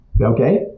Okay